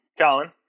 Colin